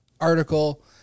article